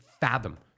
fathom